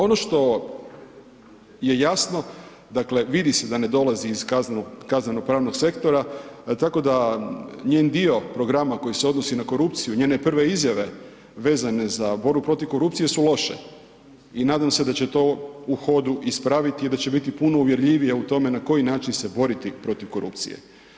Ono što je jasno, dakle vidi se da ne dolazi iz kaznenog-pravnog sektora, tako da njen dio programa koji se odnosi na korupciju, njene prve izjave vezane za borbu protiv korupcije su loše i nadam se da će to u hodu ispraviti da će biti puno uvjerljivija u tome na koji način se boriti protiv korupcije.